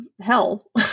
hell